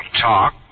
talk